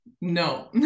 No